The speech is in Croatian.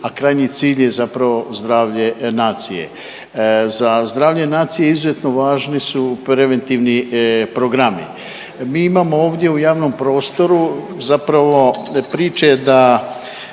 a krajnji cilj je zapravo zdravlje nacije. Za zdravlje nacije izuzetno važni su preventivni programi. Mi imao ovdje u javnom prostoru zapravo priče da